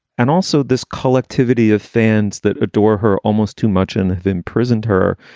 and also this collectivity of fans that adore her almost too much and have imprisoned her.